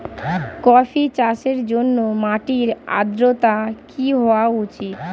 Coffee চাষের জন্য মাটির আর্দ্রতা কি হওয়া উচিৎ?